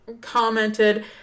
commented